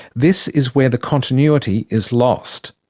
this is where the continuity is lost.